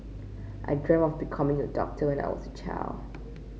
I dreamt of becoming a doctor when I was a child